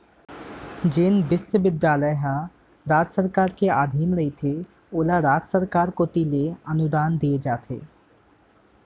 जेन बिस्वबिद्यालय ह राज सरकार के अधीन रहिथे ओला राज सरकार कोती ले अनुदान देय जाथे